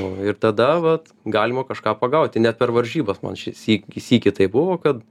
nu ir tada vat galima kažką pagauti net per varžybas man šį syk sykį taip buvo kad